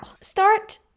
start